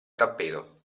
tappeto